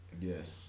Yes